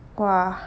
!wah!